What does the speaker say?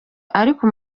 ariko